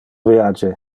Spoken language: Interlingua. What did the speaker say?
viage